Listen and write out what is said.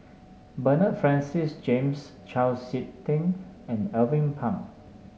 Bernard Francis James Chau SiK Ting and Alvin Pang